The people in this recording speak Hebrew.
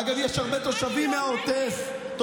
אגב, יש הרבה תושבים מהעוטף, אני לא נגד.